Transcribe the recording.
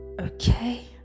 okay